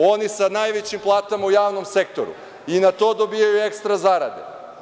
Oni sa najvećim platama u javnom sektoru i na to dobijaju ekstra zarade.